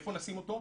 איפה נשים אותו?